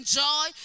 joy